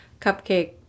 cupcake